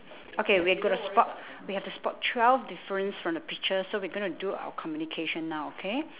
okay we're gotta spot we have to spot twelve difference from the picture so we gonna do our communication now okay